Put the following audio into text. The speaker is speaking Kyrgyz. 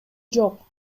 жок